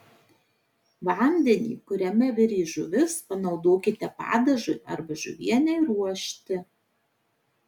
vandenį kuriame virė žuvis panaudokite padažui arba žuvienei ruošti